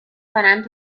کنم